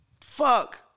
Fuck